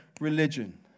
religion